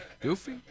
Goofy